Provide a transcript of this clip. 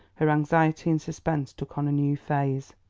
her anxiety and suspense took on a new phase.